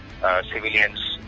civilians